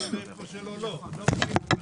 ואיפה שלא לא נצמדים.